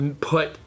put